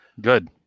Good